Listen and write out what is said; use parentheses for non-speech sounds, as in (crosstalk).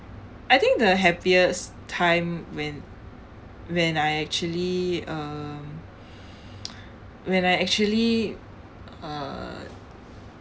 I think the happiest time when when I actually um (breath) when I actually uh